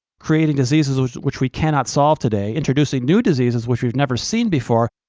creating diseases which which we cannot solve today, introducing new diseases which we've never seen before,